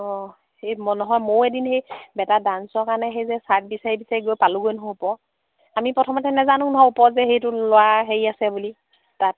অঁ সেই নহয় ময়ো এদিন সেই বেটাৰ ডান্সৰ কাৰণে সেই যে চাৰ্ট বিচাৰি বিচাৰি গৈ পালোঁগৈ নহয় ওপৰ আমি প্ৰথমতে নেজানো নহয় ওপৰত যে সেইটো ল'ৰাৰ হেৰি আছে বুলি তাত